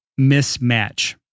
mismatch